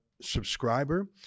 subscriber